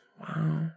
wow